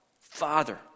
Father